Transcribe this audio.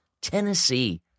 Tennessee